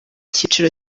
cyiciro